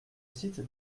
cite